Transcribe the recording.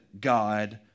God